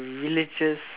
religious